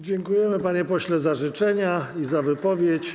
Dziękujemy, panie pośle, za życzenia i za wypowiedź.